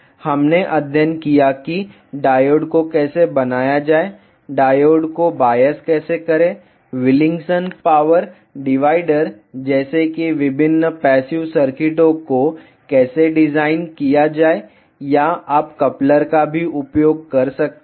हमने अध्ययन किया कि डायोड को कैसे बनाया जाए डायोड को बायस कैसे करें विल्किंसन पावर डिवाइडर जैसे विभिन्न पैसिव सर्किटों को कैसे डिज़ाइन किया जाए या आप कपलर का भी उपयोग कर सकते हैं